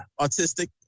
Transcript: autistic